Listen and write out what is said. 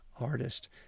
artist